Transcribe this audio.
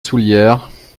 soullieres